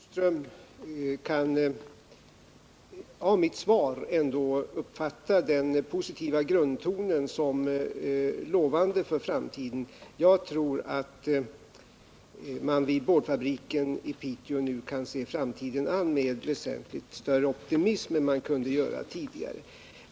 Herr talman! Jag tycker att Curt Boström av mitt svar ändå skall kunna uppfatta den positiva grundtonen. Jag tror att man vid boardfabriken i Piteå nu kan se framtiden an med väsentligt större optimism än man kunde göra tidigare.